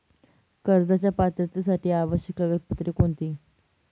कर्जाच्या पात्रतेसाठी आवश्यक कागदपत्रे कोणती?